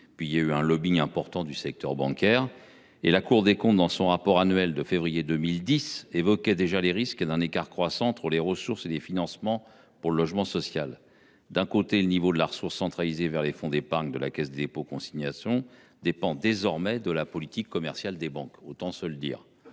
Puis il y a eu un lobbying important du secteur bancaire. La Cour des comptes, dans son rapport annuel de février 2010, évoquait déjà les risques d’un écart croissant entre les ressources et les financements pour le logement social. Elle notait que le niveau de la ressource centralisée vers les fonds d’épargne de la Caisse des dépôts et consignations dépendait désormais de la politique commerciale des banques et faisait le